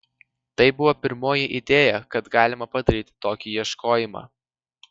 tai buvo pirmoji idėja kad galima padaryti tokį ieškojimą